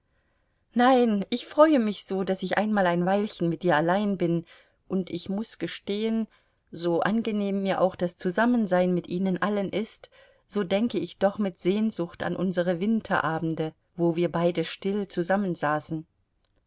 nein ich freue mich so daß ich einmal ein weilchen mit dir allein bin und ich muß gestehen so angenehm mir auch das zusammensein mit ihnen allen ist so denke ich doch mit sehnsucht an unsere winterabende wo wir beide still zusammensaßen